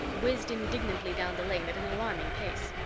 whizzed indignantly down the lane at an alarming pace.